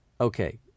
Okay